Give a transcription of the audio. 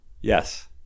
Yes